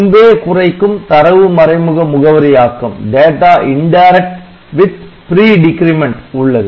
முன்பே குறைக்கும் தரவு மறைமுக முகவரியாக்கம் உள்ளது